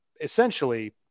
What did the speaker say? essentially